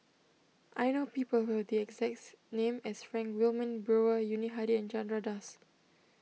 I know people who have the exact name as Frank Wilmin Brewer Yuni Hadi and Chandra Das